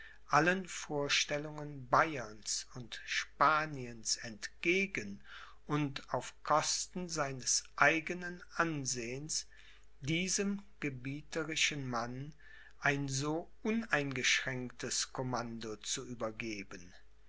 allen vorstellungen bayerns und spaniens entgegen und auf kosten seines eigenen ansehens diesem gebieterischen mann ein so uneingeschränktes commando zu übergeben